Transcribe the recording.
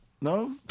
no